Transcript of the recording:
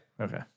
Okay